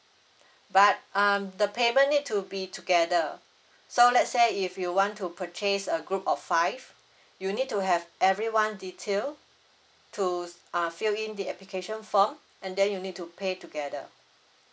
but um the payment need to be together so let's say if you want to purchase a group of five you need to have everyone detail to uh fill in the application form and then you need to pay together